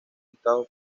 listados